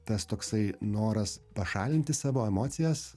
tas toksai noras pašalinti savo emocijas